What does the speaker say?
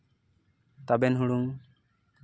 ᱛᱟᱵᱮᱱ ᱦᱩᱲᱩᱝ